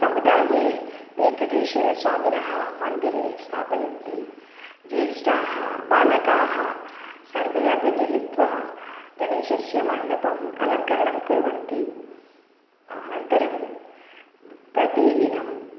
समुदाये वेङ्कटेश्वरस्वामिनः मन्दिरे स्थापयन्ति जेष्ठाः बालकाः सर्वे अपि मिलित्वा गणेशस्य मण्डपम् अलङ्करणं कुर्वन्ति अनन्तरं प्रतिदिनम्